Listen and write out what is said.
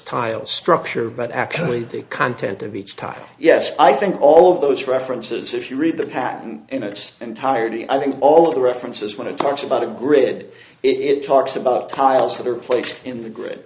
tile structure but actually the content of each tile yes i think all of those references if you read the patent in its entirety i think all of the references when it talks about a grid it talks about tiles that are placed in the grid